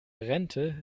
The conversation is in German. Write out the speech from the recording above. rente